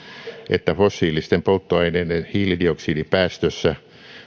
että fossiilisten polttoaineiden hiilidioksidipäästössä